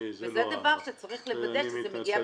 וזה דבר שצריך לוודא שזה מגיע בזמן.